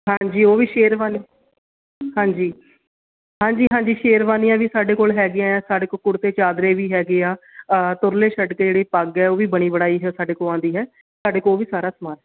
ਹਾਂਜੀ ਉਹ ਵੀ ਸ਼ੇਰਵਨ ਹਾਂਜੀ ਹਾਂਜੀ ਹਾਂਜੀ ਸ਼ੇਰਵਾਨੀਆਂ ਵੀ ਸਾਡੇ ਕੋਲ ਹੈਗੀਆਂ ਆ ਸਾਡੇ ਕੋਲ ਕੁੜਤੇ ਚਾਦਰੇ ਵੀ ਹੈਗੇ ਆ ਤੁਰਲੇ ਛੱਡ ਕੇ ਜਿਹੜੀ ਪੱਗ ਹੈ ਉਹ ਵੀ ਬਣੀ ਬਣਾਈ ਹੈ ਸਾਡੇ ਕੋਲ ਆਉਂਦੀ ਹੈ ਸਾਡੇ ਕੋਲ ਉਹ ਵੀ ਸਾਰਾ ਸਮਾਨ